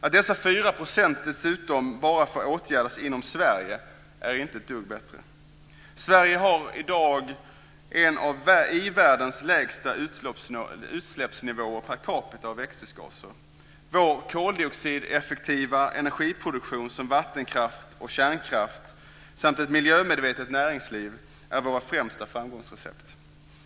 Att dessa 4 % dessutom bara får åtgärdas inom Sverige är inte bättre. Sverige har i dag en av de lägsta utsläppsnivåerna i i-länderna när det gäller växthusgaser. Vår koldioxideffektiva energiproduktion, t.ex. vattenkraft och kärnkraft, och ett miljömedvetet näringsliv är våra främsta framgångsrecept.